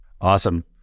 Awesome